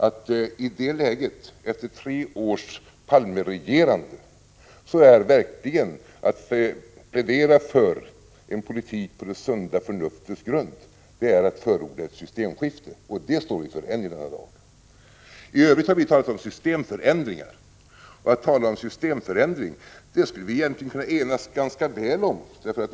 Att efter tre års Palmeregerande plädera för en politik på det sunda förnuftets grund är verkligen att förorda ett systemskifte, och det står vi fortfarande för. I övrigt har vi talat om systemförändringar, och om sådana skulle vi kunna enas ganska väl.